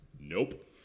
nope